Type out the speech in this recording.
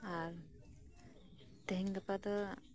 ᱟᱨ ᱛᱮᱦᱮᱧ ᱜᱟᱯᱟ ᱫᱚ